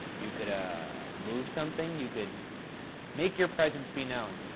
you could ah move something, you could make your presence be known.